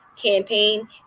campaign